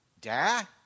Dad